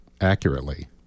accurately